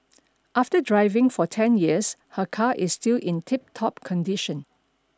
after driving for ten years her car is still in tiptop condition